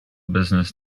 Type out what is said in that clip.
business